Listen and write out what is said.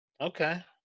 Okay